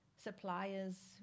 Suppliers